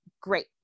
great